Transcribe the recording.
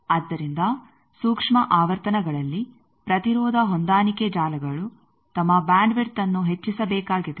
ಆದ್ದರಿಂದ ಸೂಕ್ಷ್ಮ ಆವರ್ತನಗಳಲ್ಲಿ ಪ್ರತಿರೋಧ ಹೊಂದಾಣಿಕೆ ಜಾಲಗಳು ತಮ್ಮ ಬ್ಯಾಂಡ್ ವಿಡ್ತ್ ಅನ್ನು ಹೆಚ್ಚಿಸಬೇಕಾಗಿದೆ